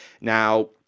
Now